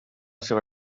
seva